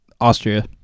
Austria